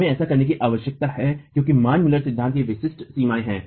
हमें ऐसा करने की आवश्यकता है क्योंकि मान मुलर सिद्धांत की विशिष्ट सीमाएँ हैं